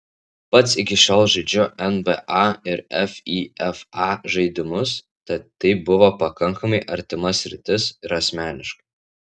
pats iki šiol žaidžiu nba ir fifa žaidimus tad tai buvo pakankamai artima sritis ir asmeniškai